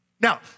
Now